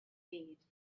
thieves